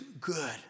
good